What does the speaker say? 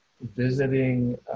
visiting